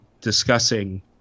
discussing